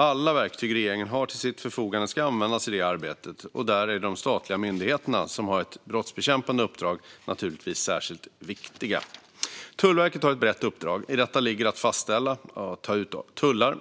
Alla verktyg regeringen har till sitt förfogande ska användas i det arbetet, och där är de statliga myndigheter som har ett brottsbekämpande uppdrag naturligtvis särskilt viktiga. Tullverket har ett brett uppdrag. I det ligger att fastställa och ta ut tullar,